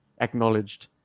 acknowledged